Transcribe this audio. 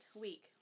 week